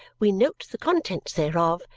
we note the contents thereof,